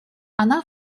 она